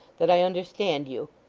that i understand you,